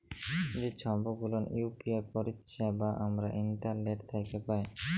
যে ছব গুলান ইউ.পি.আই পারিছেবা আমরা ইন্টারলেট থ্যাকে পায়